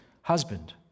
husband